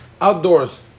outdoors